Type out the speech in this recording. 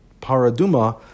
paraduma